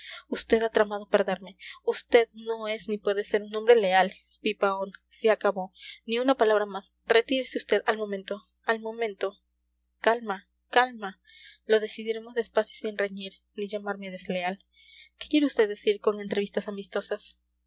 vd ha tramado perderme vd no es ni puede ser un hombre leal pipaón se acabó ni una palabra más retírese vd al momento al momento calma calma lo decidiremos despacio y sin reñir ni llamarme desleal qué quiere vd decir con entrevistas amistosas